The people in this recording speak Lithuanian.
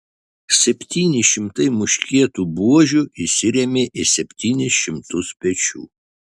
septyni šimtai muškietų buožių įsirėmė į septynis šimtus pečių